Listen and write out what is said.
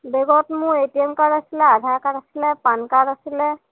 বেগত মোৰ ATM card আছিলে আধাৰ কাৰ্ড আছিলে পান কাৰ্ড আছিলে